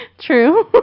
True